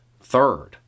Third